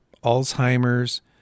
Alzheimer's